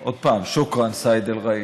עוד פעם, שוכרן, סייד א-ראיס.